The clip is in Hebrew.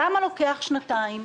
למה זה לוקח שנתיים?